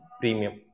premium